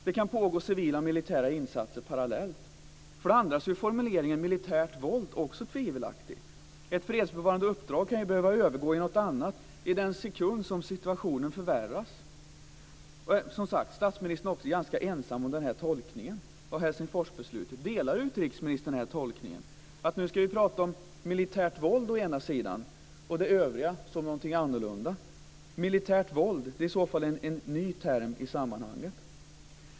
Det kan pågå civila och militära insatser parallellt. För det andra är också formuleringen "militärt våld" tvivelaktig. Ett fredsbevarande uppdrag kan behöva övergå i något annat i den sekund som situationen förvärras. Statsministern är, som sagt, ganska ensam om den här tolkningen av Helsingforsbeslutet. Delar utrikesministern tolkningen att man å ena sidan ska tala om militärt våld, å andra sidan om det övriga som någonting annorlunda? "Militärt våld" är i så fall en ny term i sammanhanget.